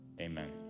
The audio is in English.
amen